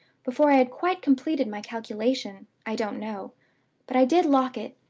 before i had quite completed my calculation, i don't know but i did lock it.